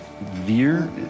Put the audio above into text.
Veer